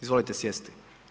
Izvolite sjesti.